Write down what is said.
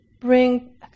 bring